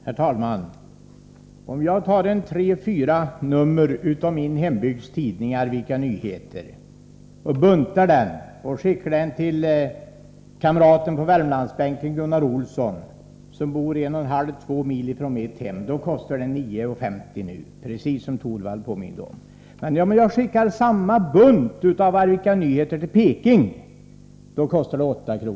Herr talman! Om jag buntar ihop tre fyra nummer av min hembygds tidning, Arvika Nyheter, och skickar den bunten till min kamrat på Värmlandsbänken, Gunnar Olsson, som bor 1,5 å 2 mil från mitt hem, så blir portot 9:50 kr., precis som Rune Torwald sade. Om jag däremot skickar samma bunt av Arvika Nyheter till Peking kostar det 8 kr.